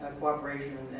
cooperation